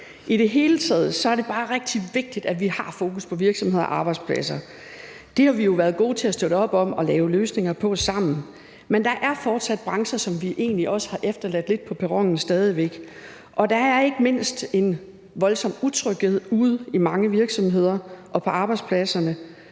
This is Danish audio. I det hele taget er det bare rigtig vigtigt, at vi har fokus på virksomheder og arbejdspladser. Det har vi jo været gode til at støtte op om og lave løsninger for sammen, men der er fortsat brancher, som vi egentlig stadig væk har efterladt lidt på perronen. Der er ikke mindst en voldsom utryghed ude i mange virksomheder og på arbejdspladserne,